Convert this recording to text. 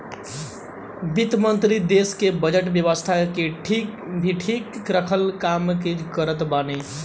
वित्त मंत्री देस के बजट व्यवस्था के भी ठीक रखला के काम करत बाने